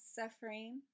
suffering